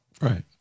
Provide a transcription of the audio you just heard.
right